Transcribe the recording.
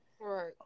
Right